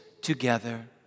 together